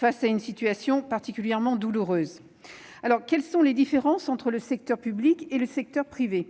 dans une situation particulièrement douloureuse. Quelles sont les différences entre le secteur public et le secteur privé ?